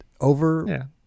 Over